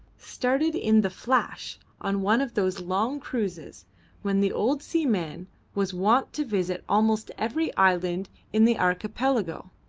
started in the flash on one of those long cruises when the old seaman was wont to visit almost every island in the archipelago.